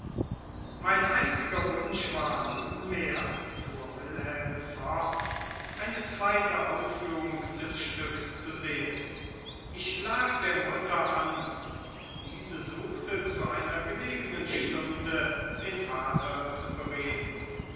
mein einziger wunsch war nunmehr fuhr wilhelm fort eine zweite aufführung des stücks zu sehen ich lag der mutter an und diese suchte zu einer gelegenen stunde den vater zu bereden